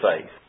faith